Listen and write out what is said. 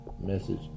message